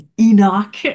Enoch